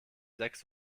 sechs